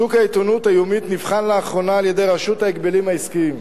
שוק העיתונות היומית נבחן לאחרונה על-ידי רשות ההגבלים העסקיים,